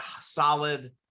solid